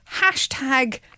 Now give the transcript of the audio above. hashtag